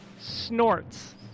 snorts